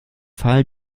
fall